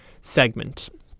segment